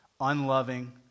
unloving